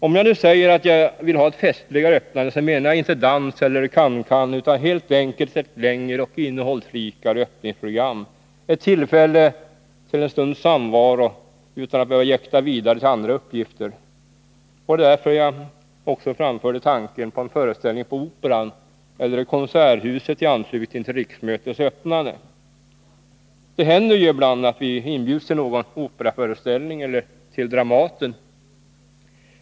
Om jag nu säger att jag vill ha ett festligare öppnande, så menar jag inte dans eller cancan utan helt enkelt ett längre och innehållsrikare öppningsprogram, ett tillfälle till en stunds samvaro utan att behöva jäkta vidare till andra uppgifter. Det var därför som jag också framförde tanken på en föreställning på Operan eller i Konserthuset i anslutning till riksmötets öppnande. Det händer ju ibland att vi inbjuds till någon operaföreställning eller till Dramaten.